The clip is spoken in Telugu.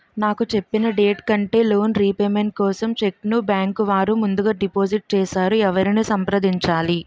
నాకు చెప్పిన డేట్ కంటే లోన్ రీపేమెంట్ కోసం చెక్ ను బ్యాంకు వారు ముందుగా డిపాజిట్ చేసారు ఎవరిని సంప్రదించాలి?